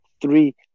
three